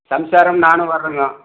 சம்சாரமும் நானும் வர்றோம்ங்க